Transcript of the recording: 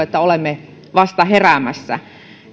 että olemme vasta heräämässä